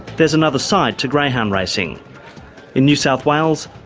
there's another side to greyhound racing. in new south wales,